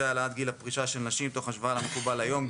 העלאת גיל הפרישה של נשים תוך השוואה למקובל היום,